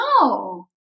no